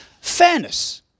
fairness